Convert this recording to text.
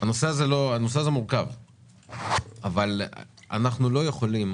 הנושא הזה מורכב אבל אנחנו לא יכולים